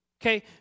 Okay